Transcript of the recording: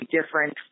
different